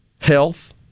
Health